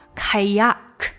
kayak，